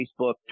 Facebook